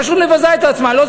היא פשוט מבזה את עצמה.